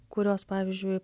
kurios pavyzdžiui